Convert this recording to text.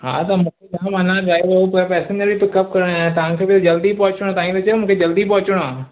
हा त मूंखे छा माना ड्राइवर हुओ पर पैसेंजर बि पिकअप करणा आहिनि ऐं तव्हांखे बि जल्दी पहुचणो आहे तव्हां ई त चयो मूंखे जल्दी पहुचणो आहे